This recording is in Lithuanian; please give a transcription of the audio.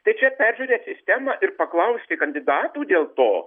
tai čia peržiūrėt sistemą ir paklausti kandidatų dėl to